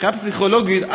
מבחינה פסיכולוגית,